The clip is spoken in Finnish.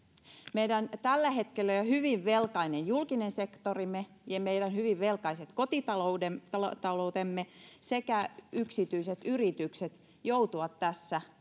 meidän tällä hetkellä jo hyvin velkainen julkinen sektorimme ja meidän hyvin velkaiset kotitaloutemme kotitaloutemme sekä yksityiset yritykset joutuvat tässä